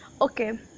okay